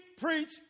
preach